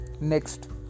next